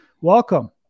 welcome